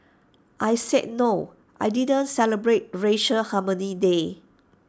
I said no I didn't celebrate racial harmony day